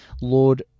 Lord